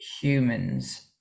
humans